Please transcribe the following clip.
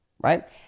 right